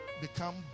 become